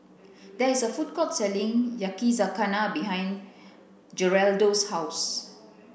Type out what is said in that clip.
there is a food court selling Yakizakana behind Geraldo's house